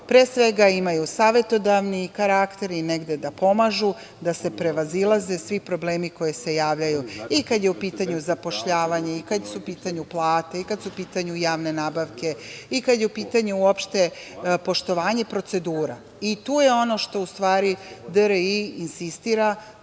ljude koji imaju savetodavni karakter i negde da pomažu da se prevazilaze svi problemi koji se javljaju i kada je u pitanju zapošljavanje, i kada su u pitanju plate, i kada su u pitanju javne nabavke, i kada je u pitanju uopšte poštovanje procedura. Tu je ono na čemu DRI insistira